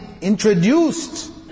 introduced